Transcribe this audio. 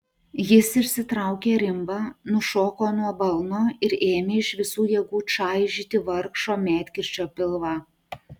jis išsitraukė rimbą nušoko nuo balno ir ėmė iš visų jėgų čaižyti vargšo medkirčio pilvą